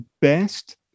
best